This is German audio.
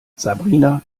sabrina